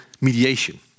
mediation